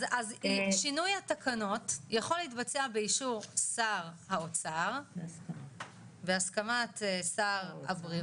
אז שינוי התקנות יכול להתבצע באישור שר האוצר בהסכמת שר הבריאות.